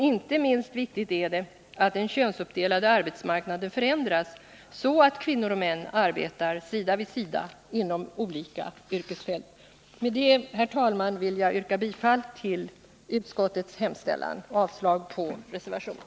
Inte minst viktigt är det att den könsuppdelade arbetsmarknaden förändras så att kvinnor och män arbetar sida vid sida inom olika yrkesfält. Herr talman! Jag ber att få yrka bifall till utskottets hemställan, vilket innebär avslag på reservationen.